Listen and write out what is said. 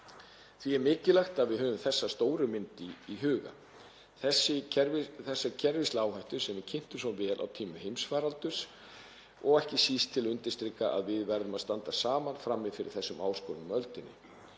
Því er mikilvægt að við höfum þessa stóru mynd í huga, þessa kerfislægu áhættu sem við kynntumst svo vel á tímum heimsfaraldurs og ekki síst til að undirstrika að við verðum að standa saman frammi fyrir þessum áskorunum á öldinni.